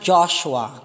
Joshua